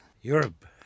Europe